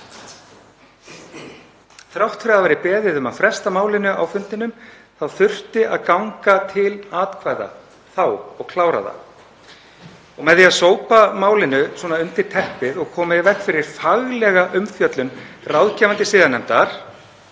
Þrátt fyrir að beðið væri um að fresta málinu á fundinum þurfti að ganga til atkvæða þá og klára það. Með því að sópa málinu svona undir teppið og koma í veg fyrir faglega umfjöllun ráðgefandi siðanefndar